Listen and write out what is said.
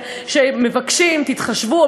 שמבקשים: תתחשבו.